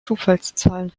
zufallszahlen